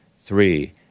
three